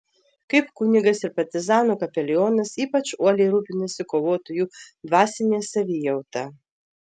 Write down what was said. kaip kunigas ir partizanų kapelionas ypač uoliai rūpinosi kovotojų dvasine savijauta